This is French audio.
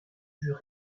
vues